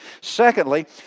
Secondly